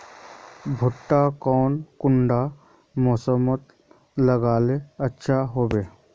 भुट्टा कौन कुंडा मोसमोत लगले अच्छा होबे?